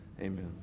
Amen